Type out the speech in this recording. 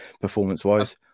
performance-wise